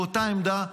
באותה עמדה,